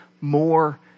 more